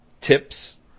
Tips